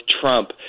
trump